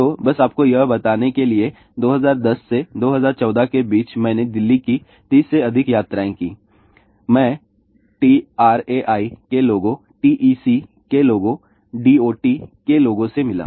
तो बस आपको यह बताने के लिए 2010 से 2014 के बीच मैंने दिल्ली की 30 से अधिक यात्राएं कीं मैं TRAI के लोगों TEC के लोगों DOT के लोगों से मिला